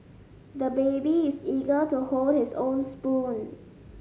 the baby is eager to hold his own spoon